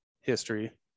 history